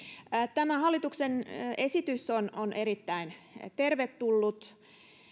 tämä hallituksen esitys on on erittäin tervetullut